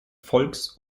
volks